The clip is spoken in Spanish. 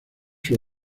sus